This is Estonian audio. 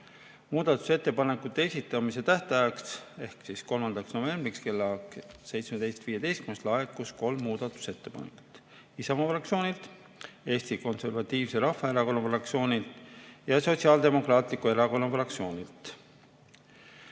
Muudatusettepanekute esitamise tähtajaks, mis oli 3. november kell 17.15, laekus kolm muudatusettepanekut: Isamaa fraktsioonilt, Eesti Konservatiivse Rahvaerakonna fraktsioonilt ja Sotsiaaldemokraatliku Erakonna fraktsioonilt.